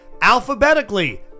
alphabetically